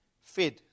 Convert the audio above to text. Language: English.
fed